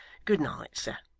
good night, sir